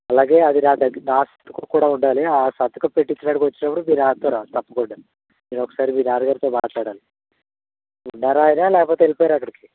అలాగే అది నా దగ్గర నా సంతకం కూడ ఉండాలి ఆ సంతకం పెట్టిచ్చడానికి వచ్చినప్పుడు మీ నాన్నతోరా తప్పకుండా నేనొకసారి మీ నాన్నగారితో మాట్లాడాలి ఉన్నారా ఆయన లేకపోతే వెళ్ళిపోయారా అక్కడికి